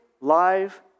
live